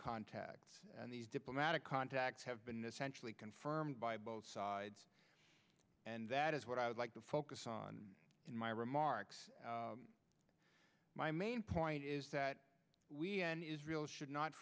contacts and these diplomatic contacts have been essentially confirmed by both sides and that is what i would like to focus on in my remarks my main point is that we and israel should not